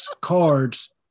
cards